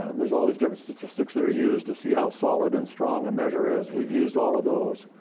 there's all these different statistics that are used to see how solid and strong a measure is. we've used all of those.